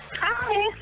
Hi